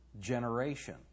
generation